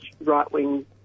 right-wing